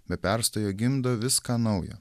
be perstojo gimdo viską naujo